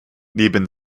neben